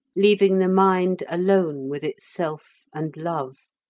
leaving the mind alone with itself and love.